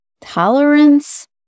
tolerance